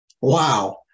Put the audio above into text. Wow